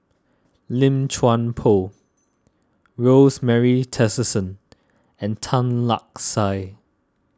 Lim Chuan Poh Rosemary Tessensohn and Tan Lark Sye